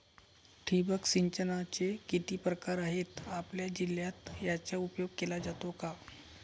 ठिबक सिंचनाचे किती प्रकार आहेत? आपल्या जिल्ह्यात याचा उपयोग केला जातो का?